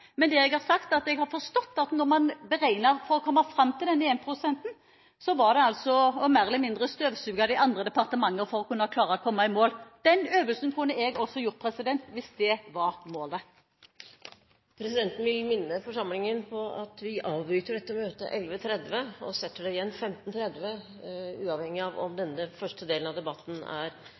Men det jeg har sagt, er at jeg har forstått at når man beregnet for å komme fram til denne énprosenten, støvsugde man altså mer eller mindre de andre departementene for å kunne klare å komme i mål. Den øvelsen kunne jeg også gjort hvis det var målet. Presidenten vil minne forsamlingen om at vi avbryter dette møtet kl. 11.30 og setter det igjen 15.30, uavhengig av om denne første delen av debatten er